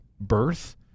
birth